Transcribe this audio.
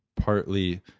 partly